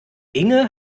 inge